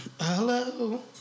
Hello